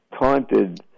taunted